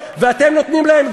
ואיסורי פרסום,